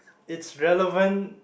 it's relevant